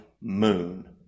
moon